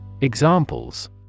Examples